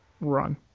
run